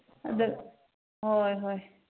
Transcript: ꯑꯗꯨ ꯍꯣꯏ ꯍꯣꯏ